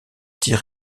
tir